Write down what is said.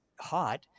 hot